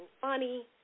funny